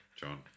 John